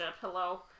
Hello